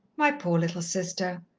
my poor little sister,